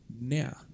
Now